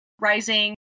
Rising